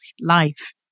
life